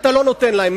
אתה לא נותן להם,